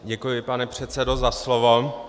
Děkuji, pane předsedo, za slovo.